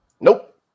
Nope